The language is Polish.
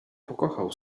pokochał